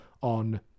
on